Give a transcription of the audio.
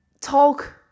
talk